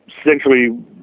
essentially